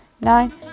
nine